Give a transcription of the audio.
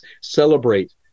celebrate